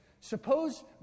Suppose